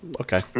okay